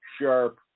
sharp